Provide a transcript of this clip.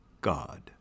God